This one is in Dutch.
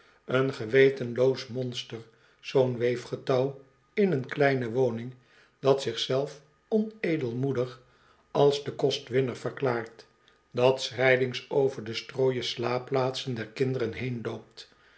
een gewetenloos monster zoo'n weefgetouw in een kieine woning dat zich zelf onedelmoedig als den kostwinner verklaart dat schrijlings over de strooien slaapplaatsen der kinderen